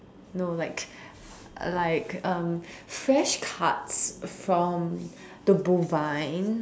no like like um fresh cut from the bovine